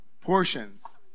portions